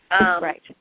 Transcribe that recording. Right